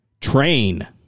Train